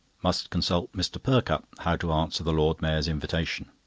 must consult mr. perkupp how to answer the lord mayor's invitation.